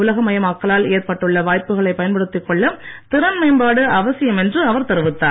உலகமயமக்களால் ஏற்பட்டுள்ள வாய்ப்புகளை பயன்படுத்திக் கொள்ள திறன் மேம்பாடு அவசியம் என்று அவர் தெரிவித்தார்